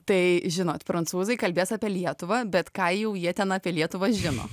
tai žinot prancūzai kalbės apie lietuvą bet ką jau jie ten apie lietuvą žino